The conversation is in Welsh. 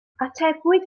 atebwyd